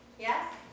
Yes